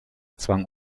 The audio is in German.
zwang